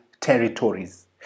territories